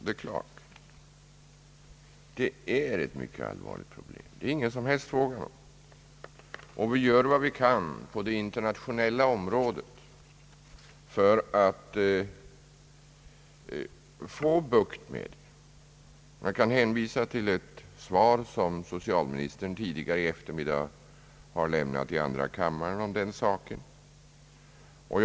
Detta är givetvis ett mycket allvarligt problem, det är ingen som helst fråga om det. Vi gör vad vi kan på det internationella området för att få bukt med det. Jag kan hänvisa till det svar som socialministern tidigare i eftermiddag lämnat i andra kammaren om denna sak.